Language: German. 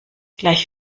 gleich